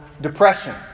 depression